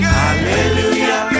hallelujah